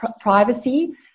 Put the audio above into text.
privacy